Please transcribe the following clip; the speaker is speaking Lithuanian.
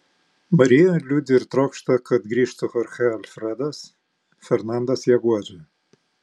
marija liūdi ir trokšta kad grįžtų chorchė alfredas fernandas ją guodžia